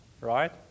Right